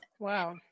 Wow